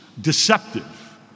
deceptive